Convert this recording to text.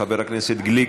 חבר הכנסת גליק,